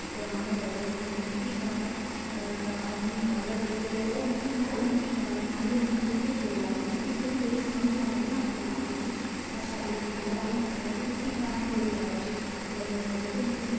गाने लगे समझ औन कि गाने दा असली मतलब केह् जेल्लै ओह् मिगी पैह्ले गाने समझ नेीं हे औंदे कि एह् बोल्ला दे केह् न भी जेल्लै मि थोह्ड़ी समझ औन लगी न अपने आप बिच कि अच्छा एह्दा एह् मतलब ऐ मि गाने बड़े जादा अच्छे लग्गना लगे ते भी मिगी